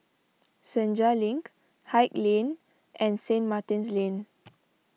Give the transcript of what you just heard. Senja Link Haig Lane and St Martin's Lane